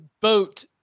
boat